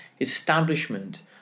establishment